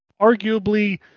Arguably